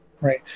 Right